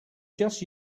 just